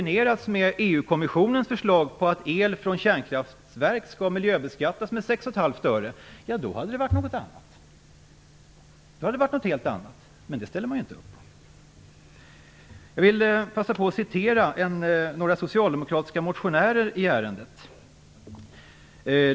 kommissionens förslag om att el från kärnkraftverk skall miljöbeskattas med 6,5 öre hade det varit något annat. Då hade det varit något helt annat, med det ställer man inte upp på. Jag vill passa på att citera några socialdemokratiska motionärer i ärendet.